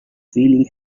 feeling